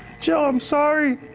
joe, i'm sorry.